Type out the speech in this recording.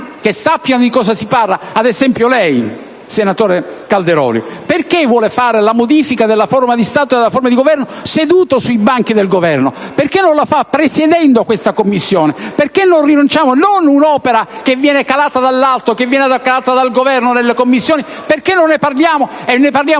che sappiano di cosa si parla. Ad esempio, lei, senatore Calderoli, perché vuole fare la modifica della forma di Stato e della forma di Governo seduto sui banchi del Governo? Perché non presiede questa Commissione? Perché non rinunciamo a un'opera che viene calata dell'alto, dal Governo. nelle Commissioni? Perché non ne parliamo e non lo